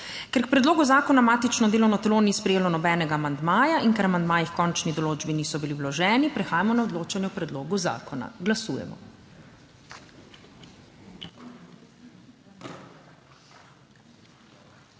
Ker k predlogu zakona matično delovno telo ni sprejelo nobenega amandmaja in ker amandmaji h končni določbi niso bili vloženi, prehajamo na odločanje o predlogu zakona. Glasujemo.